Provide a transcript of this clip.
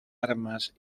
armas